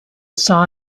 saw